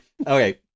Okay